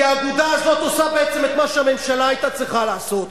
כי האגודה הזאת עושה בעצם את מה שהממשלה היתה צריכה לעשות.